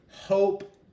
hope